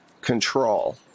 control